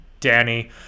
Danny